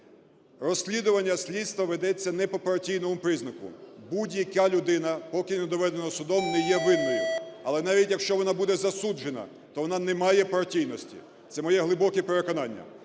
Розслідування слідства ведеться не по партійному признаку. Будь яка людина, поки не доведено судом, не є винною. Але навіть якщо вона буде засуджена, то вона не має партійності. Це моє глибоке переконання.